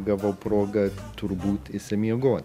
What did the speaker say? gavau progą turbūt išsimiegot